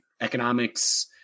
economics